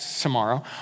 tomorrow